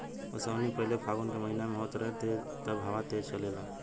ओसौनी पहिले फागुन के महीना में होत रहे तब हवा तेज़ चलेला